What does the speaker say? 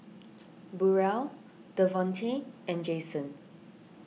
Burrel Devontae and Jason